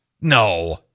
No